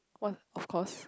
what of course